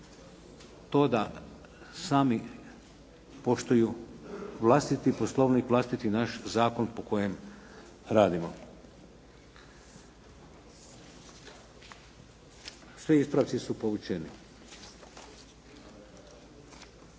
to da sami poštuju vlastiti Poslovnik, vlastiti naš zakon po kojem radimo. Svi ispravci su povučeni.